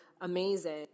amazing